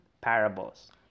parables